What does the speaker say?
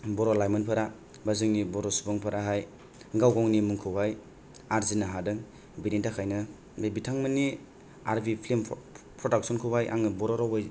बर' लाइमोनफोरा बा जोंनि बर' सुबुंफोराहाय गाव गावनि मुंखौहाय आरजिनो हादों बेनि थाखायनो बे बिथांमोननि आर बि फिल्म प्रडाक्सन खौहाय आङो बर' रावयै